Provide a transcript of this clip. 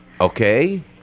okay